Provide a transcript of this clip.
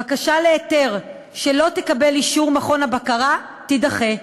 בקשה להיתר שלא תקבל אישור מכון הבקרה, תידחה.